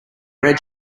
red